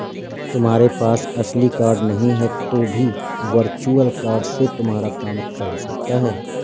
तुम्हारे पास असली कार्ड नहीं है तो भी वर्चुअल कार्ड से तुम्हारा काम चल सकता है